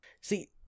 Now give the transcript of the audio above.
See